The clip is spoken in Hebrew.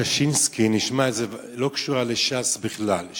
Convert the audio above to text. ועדת-ששינסקי, נשמע את זה, לא קשורה לש"ס בכלל.